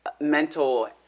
mental